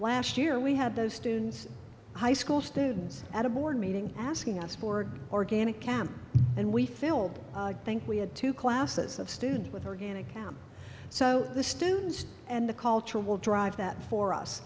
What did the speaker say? last year we had those students high school students at a board meeting asking us board organic camp and we filled think we had two classes of students with organic chem so the students and the culture will drive that for us